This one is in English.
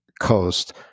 Coast